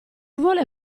vuole